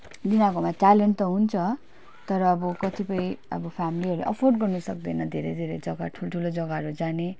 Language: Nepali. तिनीहरूकोमा ट्यालेन्ट त हुन्छ तर अब कतिपय अब फेमिलिहरूले अफोर्ड गर्न सक्दैन धेरै धेरै जग्गा ठुल्ठुलो जग्गाहरू जाने